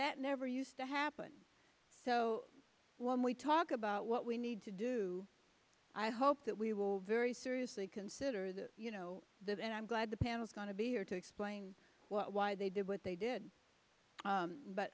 that never used to happen so when we talk about what we need to do i hope that we will very seriously consider that you know that and i'm glad the panel's going to be here to explain why they did what they did